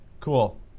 Cool